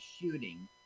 shooting